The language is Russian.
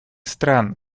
стран